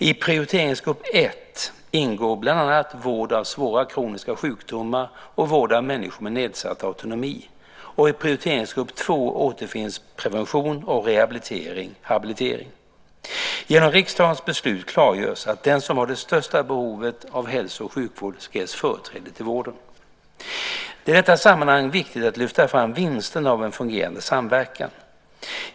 I prioriteringsgrupp ett ingår bland annat vård av svåra kroniska sjukdomar och vård av människor med nedsatt autonomi och i prioriteringsgrupp två återfinns prevention och rehabilitering/habilitering. Genom riksdagens beslut klargörs att den som har det största behovet av hälso och sjukvård ska ges företräde till vården. Det är i detta sammanhang viktigt att lyfta fram vinsterna av en fungerande samverkan.